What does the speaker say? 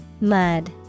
Mud